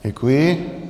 Děkuji.